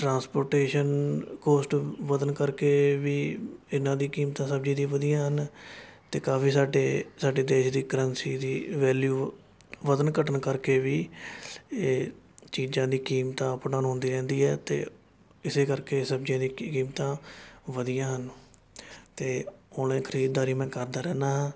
transportation cost ਵੱਧਣ ਕਰਕੇ ਵੀ ਇਹਨਾਂ ਦੀ ਕੀਮਤਾਂ ਸਬਜ਼ੀ ਦੀਆਂ ਵੱਧੀਆਂ ਹਨ ਅਤੇ ਕਾਫੀ ਸਾਡੇ ਸਾਡੇ ਦੇਸ਼ ਦੀ ਕਰੰਸੀ ਦੀ ਵੈਲਿਊ ਵੱਧਣ ਘਟਨ ਕਰਕੇ ਵੀ ਇਹ ਚੀਜ਼ਾਂ ਦੀ ਕੀਮਤਾਂ ਅਪ ਡਾਊਨ ਹੁੰਦੀ ਰਹਿੰਦੀ ਹੈ ਅਤੇ ਇਸੇ ਕਰਕੇ ਸਬਜ਼ੀਆਂ ਦੀ ਕ ਕੀਮਤਾਂ ਵੱਧੀਆਂ ਹਨ ਅਤੇ ਹੁਣ ਇਹ ਖਰੀਦਦਾਰੀ ਮੈਂ ਕਰਦਾ ਰਹਿਦਾ ਹਾਂ